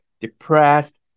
depressed